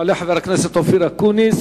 יעלה חבר הכנסת אופיר אקוניס,